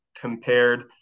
compared